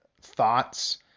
thoughts